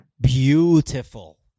Beautiful